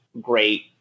great